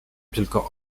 tylko